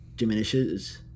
diminishes